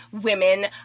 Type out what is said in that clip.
women